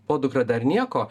podukra dar nieko